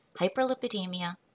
hyperlipidemia